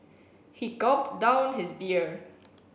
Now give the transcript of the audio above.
he gulped down his beer